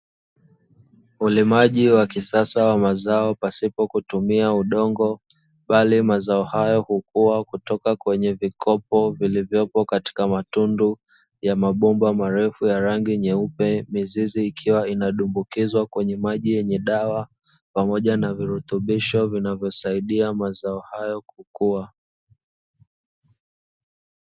Ulimaji wa kisasa wa mazao pasipo kutumia udongo bali mazao hayo hukua kutoka kwenye vikopo vilivyopo katika matundu ya mabomba marefu ya rangi nyeupe, mizizi ikiwa inadumbukizwa kwenye maji yenye dawa pamoja na virutubisho vinavyosaidia mazao hayo kukua.